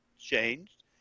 changed